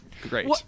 great